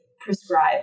prescribe